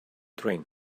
train